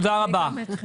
תודה רבה.